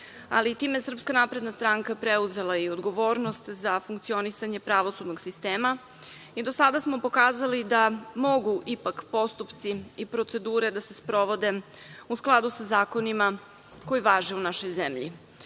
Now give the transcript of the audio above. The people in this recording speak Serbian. Ali, time SNS je preuzela i odgovornost za funkcionisanje pravosudnog sistema i do sada smo pokazali da mogu ipak postupci i procedure da se sprovode u skladu sa zakonima koji važe u našoj zemlji. Loše